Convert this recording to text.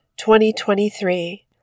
2023